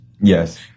Yes